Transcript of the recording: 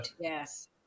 Yes